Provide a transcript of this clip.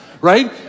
right